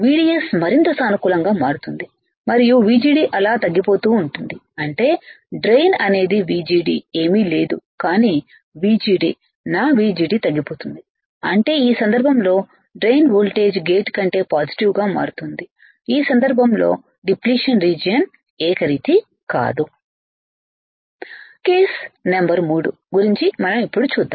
VDS మరింత సానుకూలంగా మారుతోంది మరియు VGD అలా తగ్గిపోతూ ఉంటుంది అంటే డ్రెయిన్ అనేది VGD ఏమీ లేదు కానీ VGD నా VGD తగ్గిపోతోంది అంటే ఈ సందర్భంలో డ్రైన్ వోల్టేజ్ గేట్ కంటే పాజిటివ్ గా మారుతోంది ఈ సందర్భంలో డిప్లిషన్ రీజియన్ ఏకరీతి కాదు కేస్ నెంబరు 3 గురించి మనం ఇప్పుడు చూద్దాం